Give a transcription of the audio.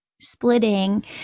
splitting